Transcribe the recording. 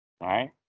Right